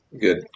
good